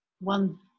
one